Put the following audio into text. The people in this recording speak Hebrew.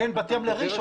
בין בת ים לראשון,